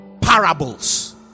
parables